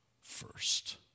first